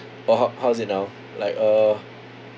oh how how's it now like uh